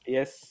Yes